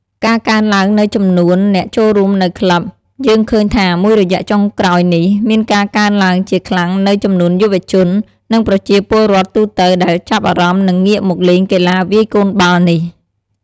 ការកើនឡើងនូវចំនួនអ្នកចូលរួមនៅក្លឹប យើងឃើញថាមួយរយៈចុងក្រោយនេះ មានការកើនឡើងជាខ្លាំងនូវចំនួនយុវជន និងប្រជាពលរដ្ឋទូទៅដែលចាប់អារម្មណ៍និងងាកមកលេងកីឡាវាយកូនបាល់នេះ។